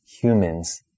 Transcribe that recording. humans